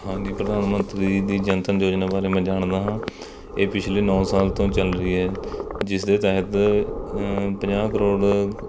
ਹਾਂਜੀ ਪ੍ਰਧਾਨ ਮੰਤਰੀ ਦੀ ਜਨ ਧਨ ਯੋਜਨਾ ਬਾਰੇ ਮੈਂ ਜਾਣਦਾ ਹਾਂ ਇਹ ਪਿਛਲੇ ਨੌ ਸਾਲ ਤੋਂ ਚੱਲ ਰਹੀ ਹੈ ਜਿਸ ਦੇ ਤਹਿਤ ਪੰਜਾਹ ਕਰੋੜ